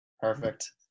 Perfect